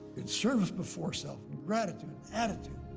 it's service before self, and gratitude, attitude,